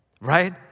right